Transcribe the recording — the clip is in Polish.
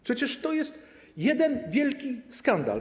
Przecież to jest jeden wielki skandal.